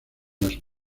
las